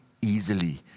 easily